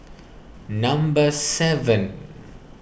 number seven